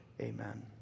Amen